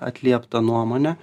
atlieptą nuomonę